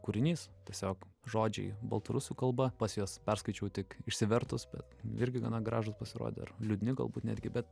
kūrinys tiesiog žodžiai baltarusių kalba pats juos perskaičiau tik išsivertus bet irgi gana gražūs pasirodė ar liūdni galbūt netgi bet